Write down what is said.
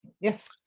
yes